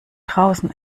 draußen